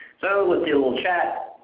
so let's see a little chat.